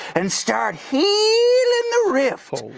and start healing the rift.